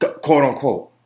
quote-unquote